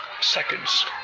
seconds